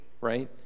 right